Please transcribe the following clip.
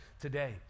today